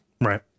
right